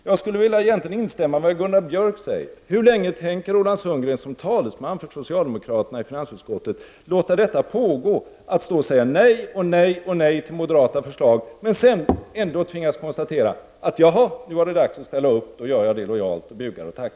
Jag skulle egentligen vilja instämma med vad Gunnar Björk säger när han undrar hur länge Roland Sundgren, som talesman för socialdemokraterna i finansutskottet, tänker låta detta pågå att stå och först säga nej och nej och nej till moderata förslag men ändå sedan behöva lojalt buga och tacka när man tvingas konstatera: ”Jaha, nu är det dags.”